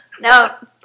now